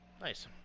Nice